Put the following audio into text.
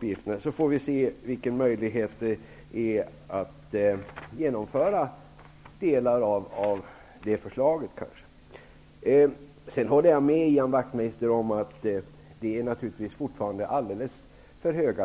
dessa. Sedan får man se vilka möjligheter det finns att kanske genomföra delar av detta förslag. Vidare håller jag med Ian Wachtmeister om att räntorna naturligtvis fortfarande är alldeles för höga.